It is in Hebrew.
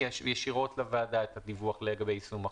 ישירות לוועדה את הדיווח לגבי יישום החוק.